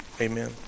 amen